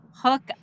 hook